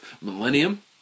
millennium